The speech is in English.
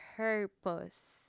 Purpose